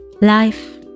Life